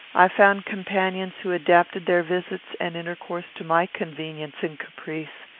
i found companions who adapted their visits and intercourse to my convenience and caprice,